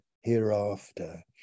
hereafter